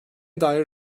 dair